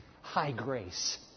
high-grace